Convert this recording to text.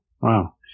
Wow